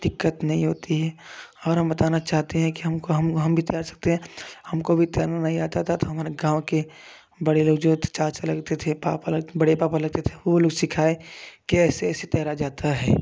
दिक्कत नहीं होती है और हम बताना चाहते हैं कि हमको हम हम भी तैर सकते हैं हमको भी तैरना नहीं आता था तो हमारे गाँव के बड़े लोग जो चाचा लगते थे पापा लगे बड़े पापा लगते थे वो लोग सिखाएँ की ऐसे ऐसे तैरा जाता है